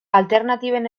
alternatiben